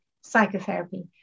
psychotherapy